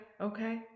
okay